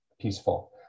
peaceful